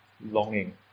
longing